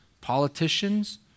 politicians